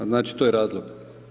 A znači to je razlog?